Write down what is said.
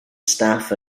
staff